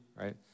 right